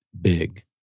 big